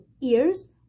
ears